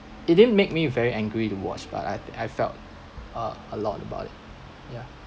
it didn't make me very angry to watch but I I felt uh a lot about it ya